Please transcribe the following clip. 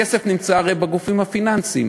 הרי הכסף נמצא בגופים הפיננסיים.